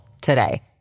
today